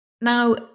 Now